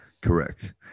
Correct